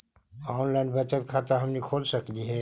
Online बचत खाता हमनी खोल सकली हे?